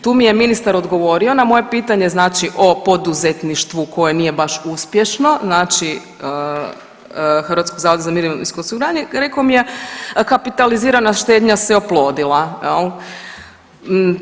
Tu mi je ministar odgovorio na moje pitanje znači o poduzetništvu koje nije baš uspješno znači HZMO rekao mi je kapitalizirana štednja se oplodila jel.